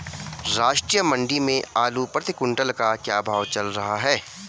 राष्ट्रीय मंडी में आलू प्रति कुन्तल का क्या भाव चल रहा है?